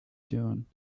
dune